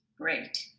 Great